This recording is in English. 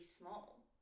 small